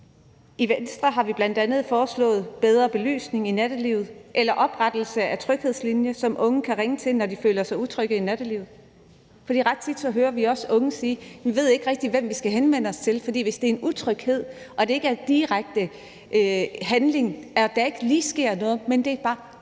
I Venstre har vi bl.a. foreslået bedre belysning i nattelivet eller oprettelse af en tryghedslinje, som unge kan ringe til, når de føler sig utrygge i nattelivet. For ret tit hører vi også unge sige: Vi ved ikke rigtig, hvem vi skal henvende os til. For hvis det er en utryghed, og der ikke er en direkte handling, hvor der sker noget lige nu, men altså »bare« en